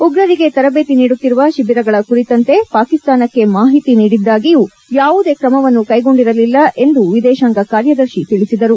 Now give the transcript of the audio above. ಉಗ್ರರಿಗೆ ತರಬೇತಿ ನೀಡುತ್ತಿರುವ ಶಿಬಿರಗಳ ಕುರಿತಂತೆ ಪಾಕಿಸ್ತಾನಕ್ಷೆ ಮಾಹಿತಿ ನೀಡಿದ್ದಾಗಿಯೂ ಯಾವುದೇ ಕ್ರಮವನ್ನು ಕ್ಲೆಗೊಂಡಿರಲಿಲ್ಲ ಎಂದು ವಿದೇಶಾಂಕ ಕಾರ್ಯದರ್ಶಿ ತಿಳಿಸಿದರು